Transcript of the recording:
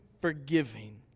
forgiving